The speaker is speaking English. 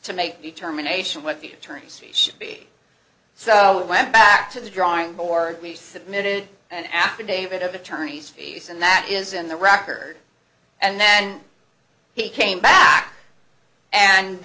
to make determination what the attorneys should be so it went back to the drawing board we submitted an affidavit of attorney's fees and that is in the record and then he came back